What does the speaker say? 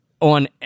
on